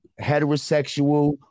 heterosexual